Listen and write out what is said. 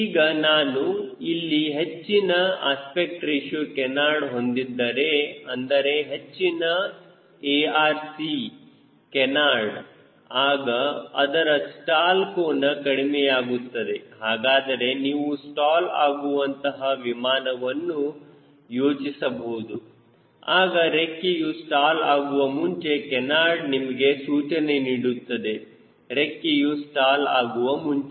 ಈಗ ನಾನು ಇಲ್ಲಿ ಹೆಚ್ಚಿನ ಅಸ್ಪೆಕ್ಟ್ ರೇಶಿಯೋ ಕೇನಾರ್ಡ್ ಹೊಂದಿದ್ದರೆ ಅಂದರೆ ಹೆಚ್ಚಿನ ARc ಕೇನಾರ್ಡ್ ಆಗ ಅದರ ಸ್ಟಾಲ್ ಕೋನ ಕಡಿಮೆಯಾಗುತ್ತದೆ ಹಾಗಾದರೆ ನೀವು ಸ್ಟಾಲ್ ಆಗುವಂತಹ ವಿಮಾನವನ್ನು ಯೋಚಿಸಬಹುದು ಆಗ ರೆಕ್ಕೆಯು ಸ್ಟಾಲ್ ಆಗುವ ಮುಂಚೆ ಕೇನಾರ್ಡ್ ನಿಮಗೆ ಸೂಚನೆಯನ್ನು ನೀಡುತ್ತದೆ ರೆಕ್ಕೆಯು ಸ್ಟಾಲ್ ಆಗುವ ಮುಂಚೆ